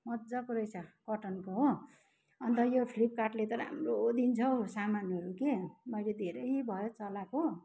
मजाको रहेछ कटनको हो अन्त यो फ्लिपकार्टले त राम्रो दिन्छ सामानहरू के मैले धेरै भयो चलाएको